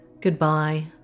Goodbye